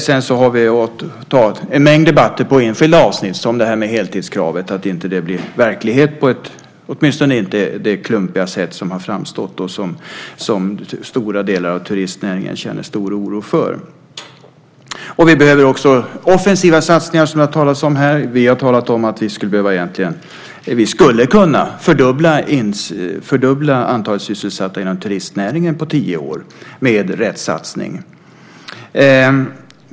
Sedan har vi haft en mängd debatter på enskilda avsnitt, till exempel kravet om heltid - så att det inte blir verklighet, åtminstone inte på det klumpiga sätt som har framstått och som stora delar av turistnäringen känner stor oro för. Vi behöver också offensiva satsningar, som det har talats om här. Vi har talat om att vi med rätt satsning skulle kunna fördubbla antalet sysselsatta inom turistnäringen på tio år.